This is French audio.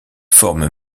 forment